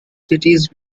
cities